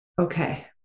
Okay